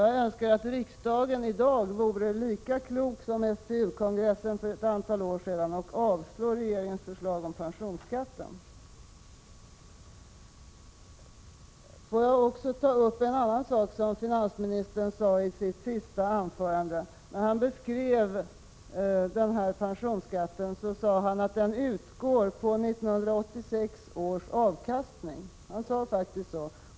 Jag önskar att riksdagen i dag vore lika klok som FPU-kongressen var för ett antal år sedan och avslår regeringens förslag om pensionsskatt. Låt mig också ta upp en annan sak som finansministern nämnde i sitt sista anförande. När han beskrev pensionsskatten sade han att den utgår på 1986 års avkastning — han sade faktiskt så.